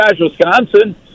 Wisconsin